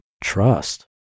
trust